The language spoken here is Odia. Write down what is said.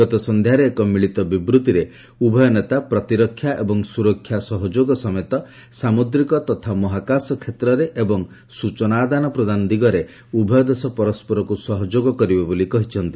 ଗତ ସନ୍ଧ୍ୟାରେ ଏକ ମିଳିତ ବିବୃତ୍ତିରେ ଉଭୟ ନେତା ପ୍ରତିରକ୍ଷା ଏବଂ ସୁରକ୍ଷା ସହଯୋଗ ସମେତ ସାମୁଦ୍ରିକ ତଥା ମହାକାଶ କ୍ଷେତ୍ରରେ ଏବଂ ସୂଚନା ଆଦାନ ପ୍ରଦାନ ଦିଗରେ ଉଭୟ ଦେଶ ପରସ୍କରକୁ ସହଯୋଗ କରିବେ ବୋଲି କହିଛନ୍ତି